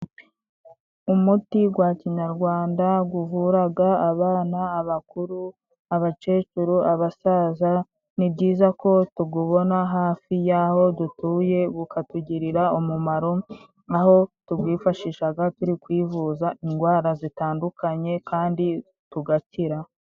Umuti gwa kinyarwanda guvuraga abana, abakuru, abakecuru, abasaza. Ni byiza ko tugubona hafi y'aho dutuye gukatugirira umumaro n'aho tugwifashishaga turi kwivuza indwara zitandukanye kandi tugakira.